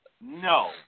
no